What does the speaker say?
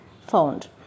found